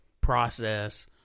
process